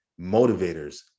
motivators